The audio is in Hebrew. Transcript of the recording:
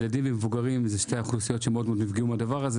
ילדים ומבוגרים אלה שתי האוכלוסיות שמאוד מאוד נפגעו מזה,